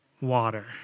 Water